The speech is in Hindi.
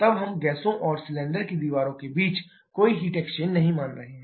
तब हम गैसों और सिलेंडर की दीवारों के बीच कोई हीट एक्सचेंज नहीं मान रहे हैं